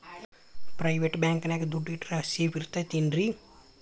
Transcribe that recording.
Private bank ನ್ಯಾಗ್ ದುಡ್ಡ ಇಟ್ರ ಸೇಫ್ ಇರ್ತದೇನ್ರಿ?